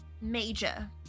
major